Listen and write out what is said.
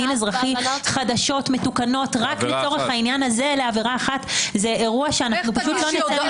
האזרחית בלבד בלי להראות אפילו קשר לרכוש.